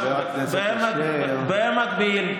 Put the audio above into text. במקביל,